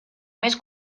més